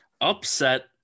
upset